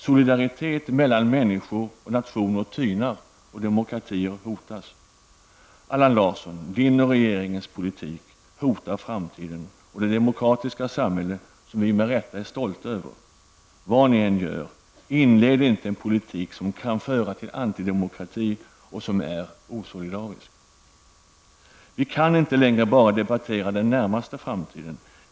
Solidariteten mellan människor och nationer tynar bort, och demokratier hotas. Allan Larssons och regeringens politik hotar framtiden och det demokratiska samhälle som vi med rätta är stolta över. Vad ni än gör, inled inte en politik som kan leda till antidemokrati och som är osolidarisk. Vi kan inte längre bara debattera den närmaste framtiden.